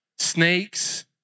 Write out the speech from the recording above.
snakes